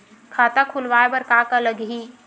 खाता खुलवाय बर का का लगही?